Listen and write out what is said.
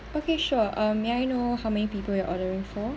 okay sure um may I know how many people you're ordering for